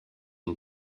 une